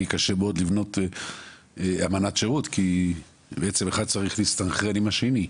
יהיה קשה מאוד לבנות אמנת שירות כי עצם אחד צריך להסתנכרן עם השני.